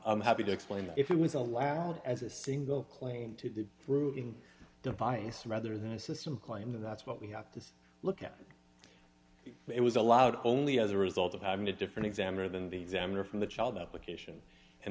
i'm happy to explain that if it was allowed as a single claim to the group in device rather than a system claim that's what we have to look at it was allowed only as a result of having a different examiner than the examiner from the child application and